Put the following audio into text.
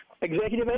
executive